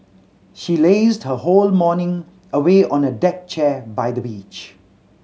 she lazed her whole morning away on a deck chair by the beach